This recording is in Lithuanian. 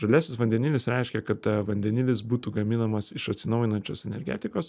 žaliasis vandenilis reiškia kad vandenilis būtų gaminamas iš atsinaujinančios energetikos